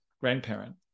grandparent